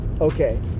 okay